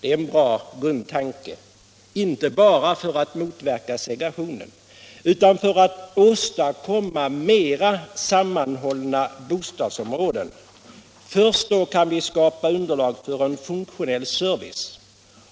Det är en bra grundtanke — inte bara för att motverka segregationen utan också för att åstadkomma mer sammanhållna bostadsområden. Först då kan vi skapa underlag för en funktionell service.